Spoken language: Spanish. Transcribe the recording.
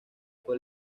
fue